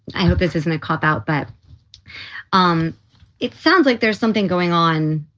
i hope this isn't a cop out, but um it sounds like there's something going on.